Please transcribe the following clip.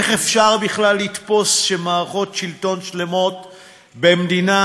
איך אפשר בכלל לתפוס שמערכות שלטון שלמות במדינה,